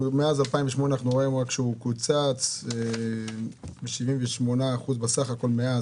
מאז 2008 אנחנו רואים שהוא קוצץ ב-78% בסך הכול מאז.